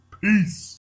Peace